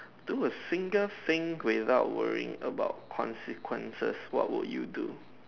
do a single thing without worrying about consequences what would you do